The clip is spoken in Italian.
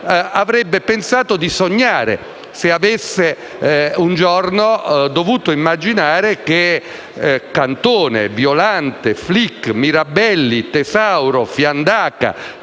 avrebbe pensato di sognare se avesse un giorno dovuto immaginare che Cantone, Violante, Flick, Mirabelli, Tesauro, Fiandaca,